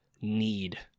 need